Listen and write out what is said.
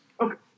Okay